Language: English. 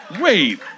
wait